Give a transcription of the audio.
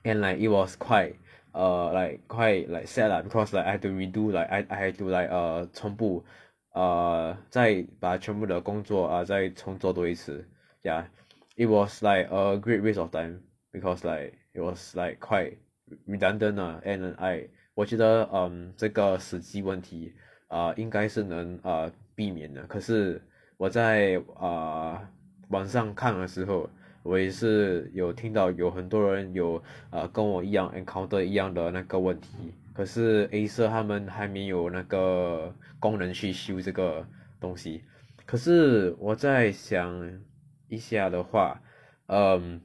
and like it was quite err like quite like sad lah because like I had to redo like I I had to like err 重复 err 再把全部的工作 err 再重做多一次 ya it was like a great waste of time because like it was like quite redundant lah and like 我觉得这个实际问题 err 应该是能 err 避免的可是我在 err 网上看了时候我也是有听到有很多人有跟我一样 encounter 一样的那个问题可是 Acer 他们还没有那个工人去修这个东西可是我再想一下的话 um